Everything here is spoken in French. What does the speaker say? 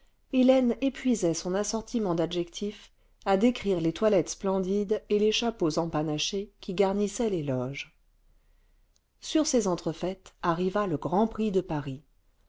hélène épuisait son assortiment d'adjectifs à décrire les toilettes splendides et les chapeaux empanachés qui garnissaient les loges sur ces entrefaites arriva le grand prix de paris